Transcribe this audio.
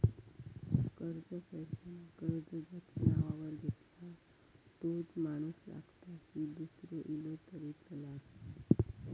कर्ज फेडताना कर्ज ज्याच्या नावावर घेतला तोच माणूस लागता की दूसरो इलो तरी चलात?